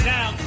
Now